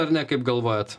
ar ne kaip galvojat